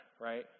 right